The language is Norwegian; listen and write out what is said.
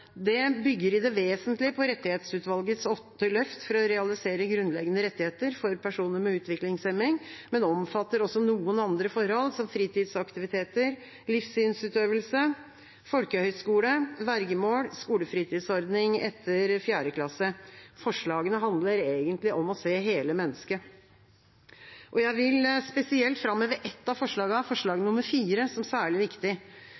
Det bygger i det vesentlige på rettighetsutvalgets åtte løft for å realisere grunnleggende rettigheter for personer med utviklingshemning, men omfatter også noen andre forhold, som fritidsaktiviteter, livssynsutøvelse, folkehøyskole, vergemål og skolefritidsordning etter 4. klasse. Forslagene handler egentlig om å se hele mennesket. Jeg vil spesielt framheve ett av forslagene, forslag nr. 4, som særlig viktig.